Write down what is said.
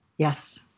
Yes